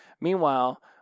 meanwhile